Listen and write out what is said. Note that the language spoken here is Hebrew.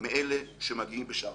מאלה שמגיעים בשערינו.